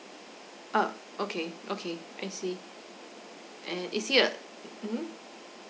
uh okay okay I see and is he a mmhmm